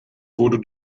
wurde